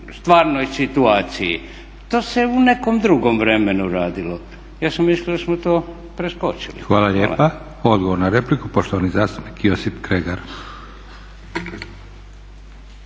stvarnoj situaciji? To se u nekom drugom vremenu radilo. Ja sam mislio da smo to preskočili. Hvala. **Leko, Josip (SDP)** Hvala lijepa. Odgovor na repliku poštovani zastupnik Josip Kregar.